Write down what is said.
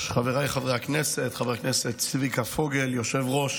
חבריי חברי הכנסת, חבר הכנסת צביקה פוגל, יושב-ראש